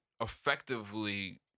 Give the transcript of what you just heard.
effectively